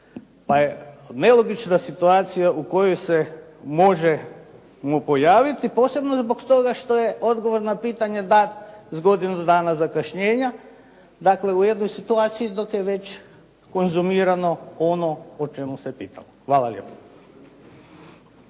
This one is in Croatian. pa je nelogična situacija u kojoj se može mu pojaviti posebno zbog toga što je odgovor na pitanje da s godinu dana zakašnjenja. Dakle, u jednoj situaciji dok je već konzumirano ono o čemu se pitalo. Hvala lijepo.